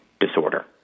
disorder